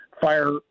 fire